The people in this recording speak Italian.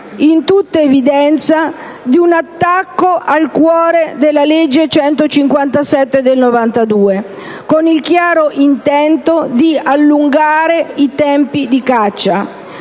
in tutta evidenza di un attacco al cuore della legge n. 157 del 1992, con il chiaro intento di allungare i tempi di caccia.